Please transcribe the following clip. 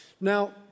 Now